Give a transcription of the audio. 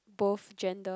both gender